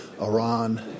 Iran